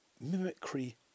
Mimicry